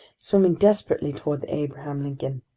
swimming desperately toward the abraham lincoln.